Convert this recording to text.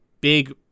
big